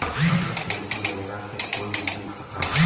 Atal pension Yojana से कोई भी जुड़ सकला